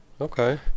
Okay